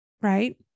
right